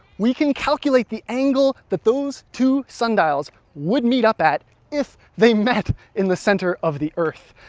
we can calculate the angle that those two sundials would meet up at if they met in the centre of the earth.